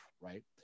right